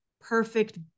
perfect